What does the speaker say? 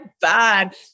bad